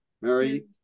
Mary